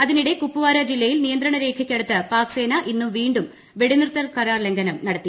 അതിനിടെ കുപ്വാര ജില്ലയിൽ നിയന്ത്രണ രേഖയ്ക്കടുത്ത് പാക്സേന ഇന്നും വെടിനിർത്തൽ കരാർലംഘനം നടത്തി